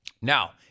Now